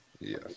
Yes